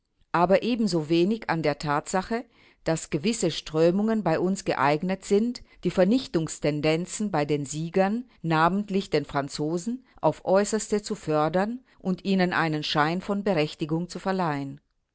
aber ebenso wenig an der tatsache daß gewisse strömungen bei uns geeignet sind die vernichtungstendenzen bei den siegern namentlich den franzosen aufs äußerste zu fördern und ihnen einen schein von berechtigung zu verleihen